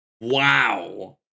Wow